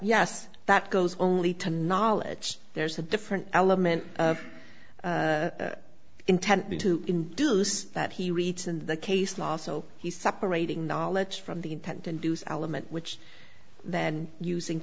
yes that goes only to knowledge there's a different element intently to induce that he reads in the case law so he separating knowledge from the intent induce element which then using